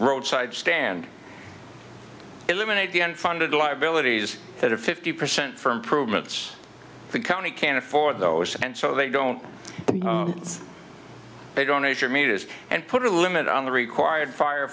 roadside stand eliminate the end funded liabilities that are fifty percent for improvements the county can't afford those and so they don't they donate your meters and put a limit on the required fire